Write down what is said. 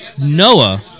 Noah